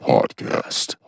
Podcast